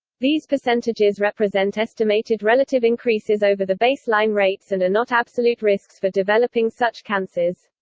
these percentages represent estimated relative increases over the baseline rates and are not absolute risks for developing such cancers.